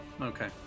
Okay